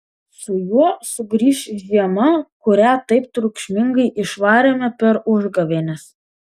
su juo sugrįš žiema kurią taip triukšmingai išvarėme per užgavėnes